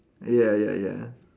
ya ya ya